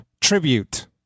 Tribute